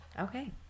Okay